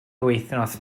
wythnos